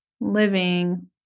living